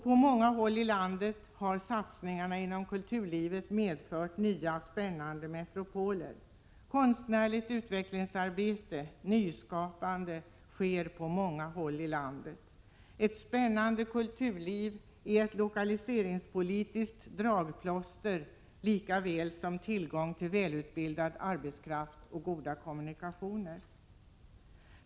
På många håll i landet har satsningarna inom kulturlivet medfört nya spännande metropoler. Konstnärligt utvecklingsarbete och nyskapande sker på många håll i landet. Ett spännande kulturliv är ett lokaliseringspolitiskt dragplåster, likaväl som tillgång till välutbildad arbetskraft och goda kommunikationer.